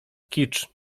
kicz